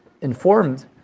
informed